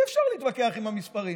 אי-אפשר להתווכח עם המספרים.